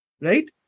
right